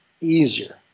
easier